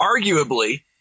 arguably